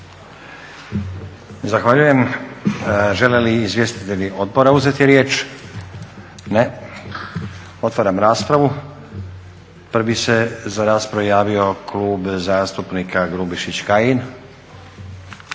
Zahvaljujem. Žele li izvjestitelji odbora uzeti riječ? Ne. Otvaram raspravu. Prvi se za raspravu javio Klub zastupnika Grubišić-Kajin.